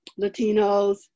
latinos